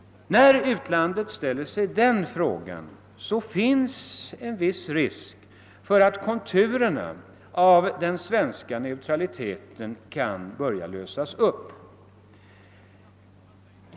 När utlandet ställer sig den frågan finns det risk för att konturerna av den svenska neutraliteten kan börja lösas upp.